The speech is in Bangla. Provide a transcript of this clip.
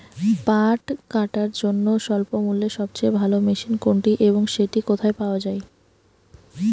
পাট কাটার জন্য স্বল্পমূল্যে সবচেয়ে ভালো মেশিন কোনটি এবং সেটি কোথায় পাওয়া য়ায়?